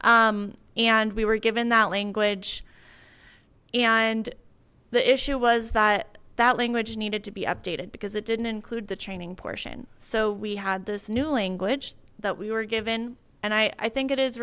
there and we were given that language and the issue was that that language needed to be updated because it didn't include the training portion so we had this new language that we were given and i i think it is